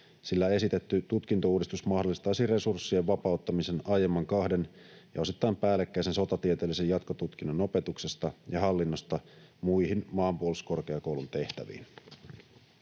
sillä esitetty tutkintouudistus mahdollistaisi resurssien vapauttamisen aiemman kahden ja osittain päällekkäisen sotatieteellisen jatkotutkinnon opetuksesta ja hallinnosta muihin Maanpuolustuskorkeakoulun tehtäviin.